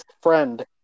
friend